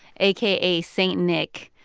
aka st. nick,